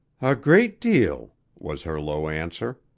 a great deal, was her low answer.